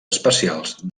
especials